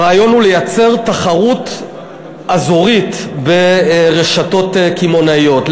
הרעיון הוא לייצר תחרות אזורית ברשתות קמעונאיות.